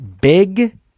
Big